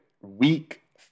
week